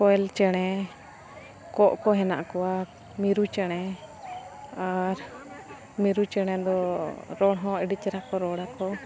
ᱠᱚᱭᱮᱞ ᱪᱮᱬᱮ ᱠᱚᱸᱜ ᱠᱚ ᱦᱮᱱᱟᱜ ᱠᱚᱣᱟ ᱢᱤᱨᱩ ᱪᱮᱬᱮ ᱟᱨ ᱢᱤᱨᱩ ᱪᱮᱬᱮ ᱫᱚ ᱨᱚᱲ ᱦᱚᱸ ᱟᱹᱰᱤ ᱪᱮᱦᱨᱟ ᱠᱚ ᱨᱚᱲ ᱟᱠᱚ